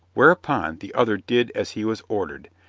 whereupon the other did as he was ordered,